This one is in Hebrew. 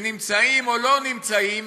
שנמצאים או לא נמצאים,